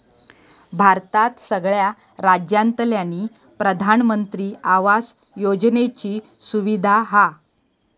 भारतात सगळ्या राज्यांतल्यानी प्रधानमंत्री आवास योजनेची सुविधा हा